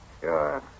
sure